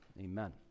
Amen